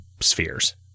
spheres